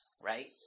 right